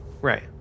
Right